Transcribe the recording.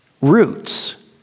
Roots